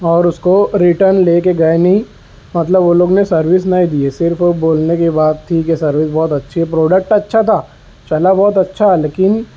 اور اس کو ریٹرن لے کے گئے نہیں مطلب وہ لوگوں نے سروس نہیں دیے صرف بولنے کے بعد ٹھیک ہے سروس بہت اچھی ہے پروڈکٹ اچھا تھا چلا بہت اچھا لیکن